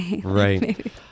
right